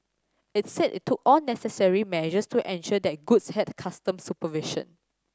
it said it took all necessary measures to ensure that goods had customs supervision